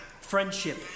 friendship